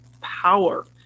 power